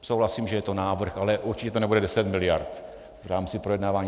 Souhlasím, že je to návrh, ale určitě to nebude 10 miliard v rámci projednávání.